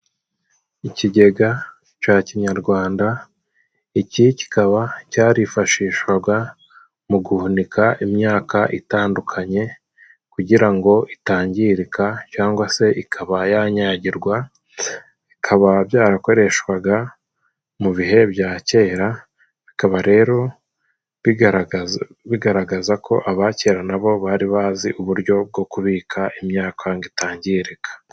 Ikigega ca kinyarwanda iki kikaba cyarifashishwaga, mu guhunika imyaka itandukanye. Kugira ngo itangirika cyangwa se ikaba yanyagirwa. Bikaba byarakoreshwaga mu bihe bya kera, bikaba rero bi bigaragaza ko abakera nabo bari bazi uburyo, bwo kubika imyaka ngo itangirika.